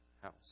house